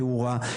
תאורה,